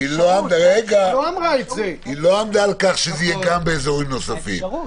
היא לא עמדה על כך שזה יהיה גם באזורים נוספים -- האפשרות.